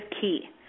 key